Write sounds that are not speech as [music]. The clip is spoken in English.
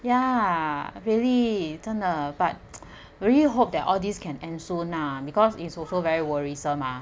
ya really zhen de but [noise] really hope that all these can end soon nah because is also very worrisome mah